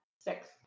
six